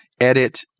edit